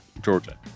Georgia